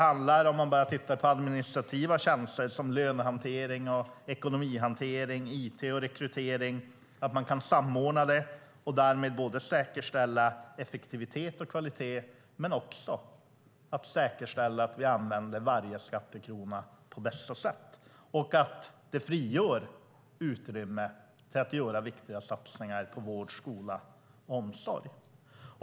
Om man bara tittar på administrativa tjänster handlar det om att kunna samordna lönehantering, ekonomihantering, it och rekrytering och därmed säkerställa både effektivitet och kvalitet men också säkerställa att vi använder varje skattekrona på bästa sätt. Det frigör också utrymme till att göra viktiga satsningar på vård, skola och omsorg.